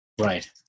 Right